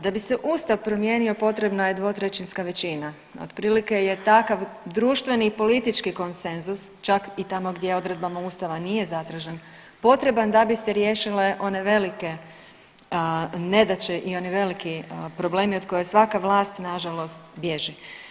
Da bi se ustav promijenio potrebna je dvotrećinska većina, otprilike je takav društveni i politički konsenzus čak i tamo gdje odredbama ustava nije zatražen, potreban da bi riješile one velike nedaće i oni veliki problemi od koje svaka vlast nažalost bježi.